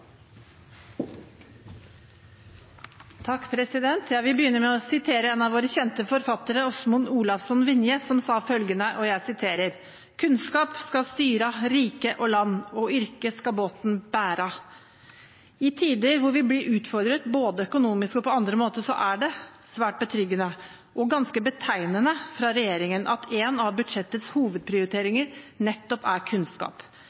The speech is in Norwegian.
Jeg vil begynne med å sitere en av våre kjente forfattere, Aasmund Olavsson Vinje, som sa følgende: «Kunnskap skal styra rike og land, og yrkje skal båten bera». I tider hvor vi blir utfordret både økonomisk og på andre måter, er det svært betryggende, og ganske betegnende fra regjeringen, at en av budsjettets hovedprioriteringer nettopp er kunnskap.